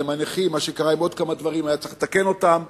עם הנכים ועוד כמה דברים שהיה צריך לתקן אותם,